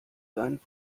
seinen